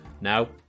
Now